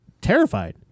terrified